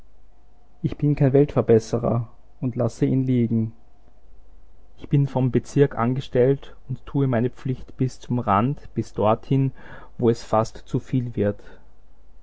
ich bin kein weltverbesserer und lasse ihn liegen ich bin vom bezirk angestellt und tue meine pflicht bis zum rand bis dorthin wo es fast zu viel wird